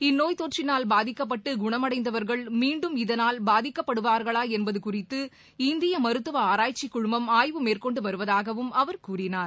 இந்நோய் தொற்றினால் பாதிக்கப்பட்டு குணமடைந்தவர்கள் மீண்டும் இதனால் பாதிக்கப்படுவார்களா என்பது குறித்து இந்திய மருத்துவ ஆராய்ச்சிக் குழுமம் ஆய்வு மேற்கொண்டு வருவதாகவும் அவர் கூறினார்